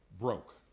broke